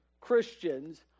Christians